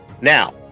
Now